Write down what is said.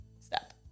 step